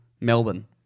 Melbourne